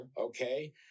okay